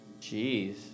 Jeez